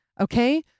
okay